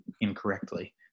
incorrectly